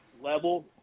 level